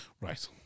Right